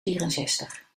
vierenzestig